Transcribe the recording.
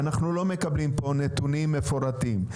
ואנחנו לא מקבלים פה נתונים מפורטים.